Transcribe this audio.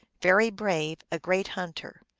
very brave, a great hunter.